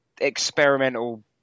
experimental